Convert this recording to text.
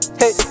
hey